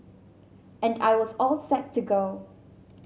and I was all set to go